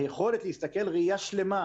היכולת להסתכל ראיה שלמה,